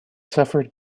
suffered